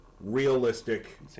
realistic